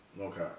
Okay